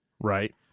Right